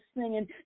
singing